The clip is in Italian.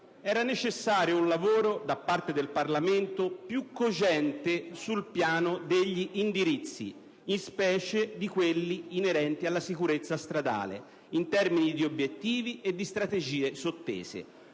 era necessario un lavoro, da parte del Parlamento, più cogente sul piano degli indirizzi, in specie di quelli inerenti alla sicurezza stradale, in termini di obiettivi e di strategie sottese.